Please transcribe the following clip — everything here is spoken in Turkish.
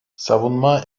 savunma